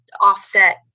offset